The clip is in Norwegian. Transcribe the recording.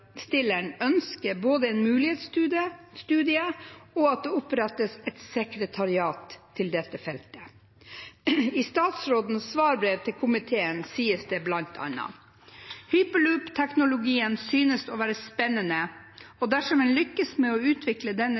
ønsker både en mulighetsstudie og at det opprettes et sekretariat til dette feltet. I statsrådens svarbrev til komiteen sies det bl.a.: «Hyperloopteknologien synes å være spennende, og dersom en lykkes med å utvikle denne